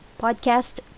podcast